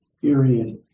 period